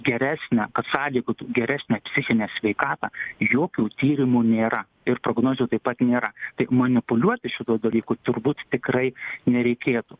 geresnękad sąlygotų geresnę psichinę sveikatą jokių tyrimų nėra ir prognozių taip pat nėra tik manipuliuoti šituo dalyku turbūt tikrai nereikėtų